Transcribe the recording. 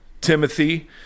Timothy